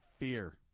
fear